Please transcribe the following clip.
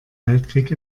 weltkrieg